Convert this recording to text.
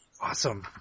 Awesome